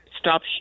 Stop